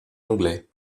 anglais